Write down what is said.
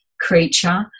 creature